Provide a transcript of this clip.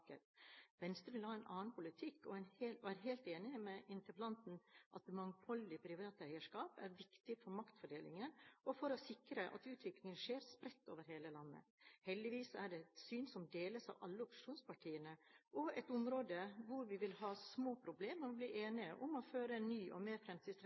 Venstre vil ha en annen politikk og er helt enig med interpellanten i at det mangfoldige, private eierskap er viktig for maktfordelingen, og for å sikre at utviklingen skjer spredt over hele landet. Heldigvis er det et syn som deles av alle opposisjonspartiene, og et område hvor vi vil ha små problemer med å bli enige om å føre en ny og mer